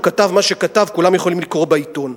הוא כתב מה שכתב, כולם יכולים לקרוא בעיתון.